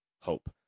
hope